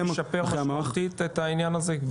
זה משפר משמעותית את העניין הזה?